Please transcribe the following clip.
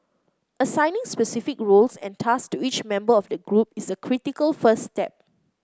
assigning specific roles and tasks to each member of the group is a critical first step